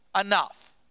Enough